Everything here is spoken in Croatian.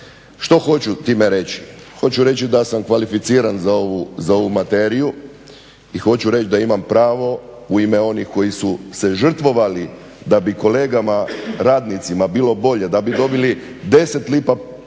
Što hoću time reći? Hoću reći da sam kvalificiran za ovu, za ovu materiju i hoću reći da imam pravo u ime onih koji su se žrtvovali da bi kolegama radnicima bilo bolje, da bi dobili 10 lipa veću